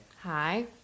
Hi